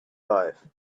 life